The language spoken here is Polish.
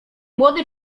młody